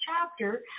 chapter